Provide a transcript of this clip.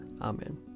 Amen